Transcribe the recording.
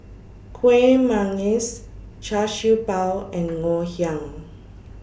Kueh Manggis Char Siew Bao and Ngoh Hiang